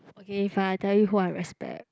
okay fine I tell you who I respect